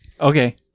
Okay